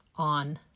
On